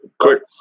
quick